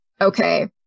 Okay